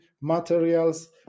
materials